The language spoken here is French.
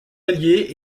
alliés